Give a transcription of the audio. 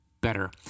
better